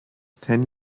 ten